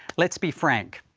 let's be frank.